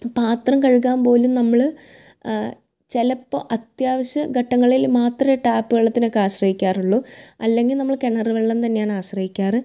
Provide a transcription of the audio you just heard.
പാത്രം കഴുകാമ്പോലും നമ്മൾ ചിലപ്പോൾ അത്യാവശ്യ ഘട്ടങ്ങളിൽ മാത്രേ ടാപ്പ് വെള്ളത്തിനക്കെ ആശ്രയിക്കാറുള്ളു അല്ലെങ്കിൽ നമ്മൾ കിണർ വെള്ളം തന്നെയാണ് ആശ്രയിക്കാറ്